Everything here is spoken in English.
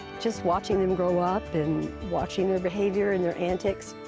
just watching them grow up and watching their behavior and their antics,